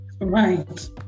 right